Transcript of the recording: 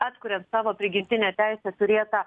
atkuriant savo prigimtinę teisę turėtą